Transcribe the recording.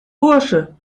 bursche